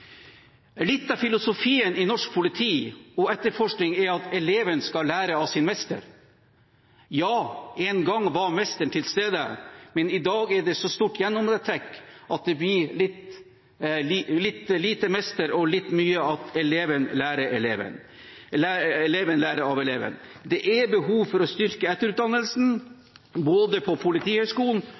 Litt av filosofien i norsk politi og etterforskning er at eleven skal lære av sin mester. Ja, en gang var mesteren til stede, men i dag er det så stort gjennomtrekk at det blir litt lite mester og litt mye at eleven lærer av eleven. Det er behov for å styrke etterutdannelsen både på Politihøgskolen